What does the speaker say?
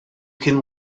can